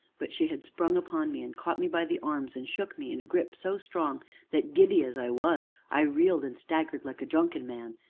but she had sprung upon me, and caught me by the arms, and shook me in a grip so strong that, giddy as i was, i reeled and staggered like a drunken man.